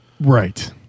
Right